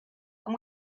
and